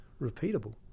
repeatable